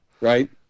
right